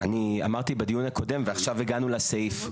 אני אמרתי בדיון הקודם ועכשיו הגענו לסעיף.